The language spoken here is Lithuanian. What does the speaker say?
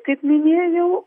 kaip minėjau